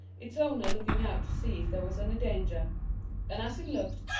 its owner looking out to see if there was any danger and as it looked,